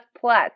plus